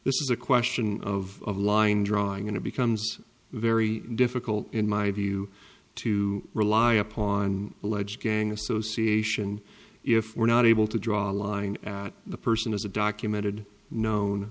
this is a question of line drawing and it becomes very difficult in my view to rely upon alleged gang association if we're not able to draw a line the person is a documented known